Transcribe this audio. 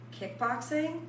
kickboxing